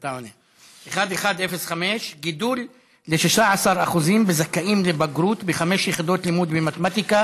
שאילתה 1105: גידול ל-16% בזכאים לבגרות בחמש יחידות לימוד במתמטיקה